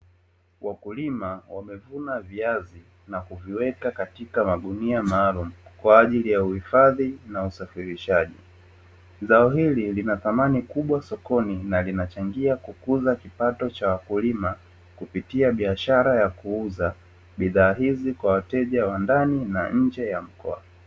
Wakulima wamevuna viazi na kuviweka katika magunia maalumu kwa ajili ya uhifadhi na usafirishaji. Zao hili lina thamani kubwa sokoni na linachangia kukuza kipato cha wakulima kupitia biashara ya kuuza bidhaa hizi kwa wateja wa ndani na nje ya mkoa.